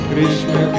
Krishna